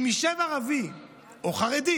אם ישב ערבי או חרדי